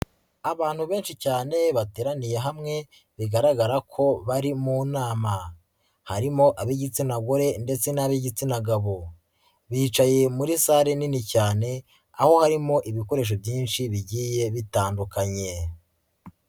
Abantu benshi cyane bateraniye hamwe bigaragara ko bari mu nama, harimo ab'igitsina gore ndetse n'ab'igitsina gabo, bicaye muri sale nini cyane aho harimo ibikoresho byinshi bigiye bitandukanye.